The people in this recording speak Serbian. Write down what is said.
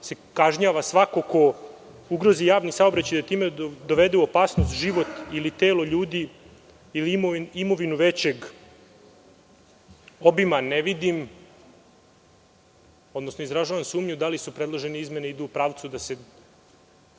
se kažnjava svako ko ugrozi javni saobraćaj i time dovede u opasnost život ili telo ljudi ili imovinu većeg obima. Ne vidim, odnosno izražavam sumnju da li predložene izmene idu u pravcu da se